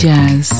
Jazz